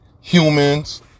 humans